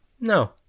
no